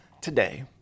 today